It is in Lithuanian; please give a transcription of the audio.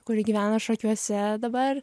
kuri gyvena šakiuose dabar